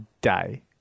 day